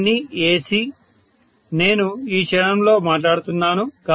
ఇవన్నీ AC నేను ఈ క్షణంలో మాట్లాడుతున్నాను